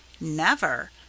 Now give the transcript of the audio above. Never